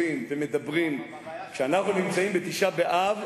כשאנחנו בתשעה באב,